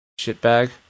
shitbag